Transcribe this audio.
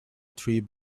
tree